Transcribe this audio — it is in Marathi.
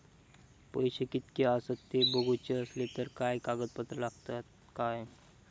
पैशे कीतके आसत ते बघुचे असले तर काय कागद पत्रा लागतात काय?